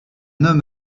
homme